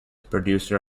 producer